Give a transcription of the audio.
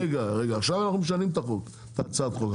רגע, עכשיו אנחנו משנים את הצעת החוק.